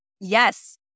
yes